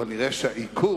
אבל נראה שהעיכוב,